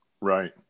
Right